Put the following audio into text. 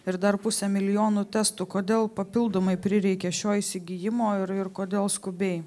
ir dar pusė milijonų testų kodėl papildomai prireikė šio įsigijimo ir kodėl skubiai